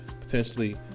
potentially